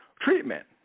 treatment